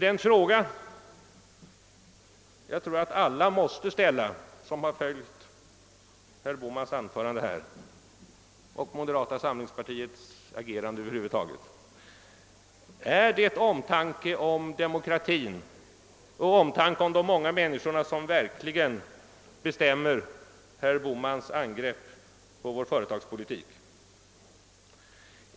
Den fråga jag tror att alla måste ställa som har följt herr Bohmans anförande här och moderata samlingspartiets agerande över huvud taget är nämligen: Är det omtanke om demokratin och om de många människorna som verkligen bestämmer herr Bohmans angrepp på vår företagspolitik?